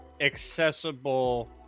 accessible